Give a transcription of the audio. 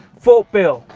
fort bill,